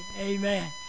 amen